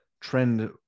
trend